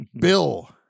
Bill